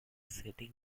setting